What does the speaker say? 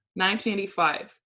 1985